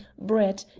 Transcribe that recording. brett,